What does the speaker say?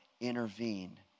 intervene